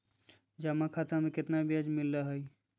जमा खाता में केतना ब्याज मिलई हई?